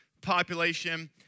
population